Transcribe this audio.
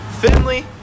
Finley